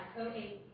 Okay